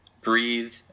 breathe